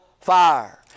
fire